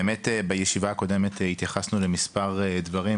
בישיבה הקודמת התייחסנו לכמה דברים,